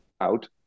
out